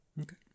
okay